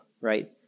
right